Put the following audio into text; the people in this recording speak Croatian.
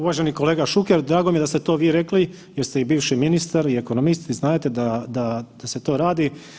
Uvaženi kolega Šuker, drago mi je da ste to vi rekli jer ste i bivši ministar i ekonomist i znadete da se to radi.